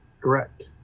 Correct